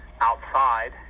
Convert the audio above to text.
outside